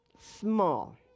small